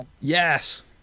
Yes